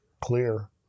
clear